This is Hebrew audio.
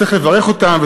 צריך לברך אותם,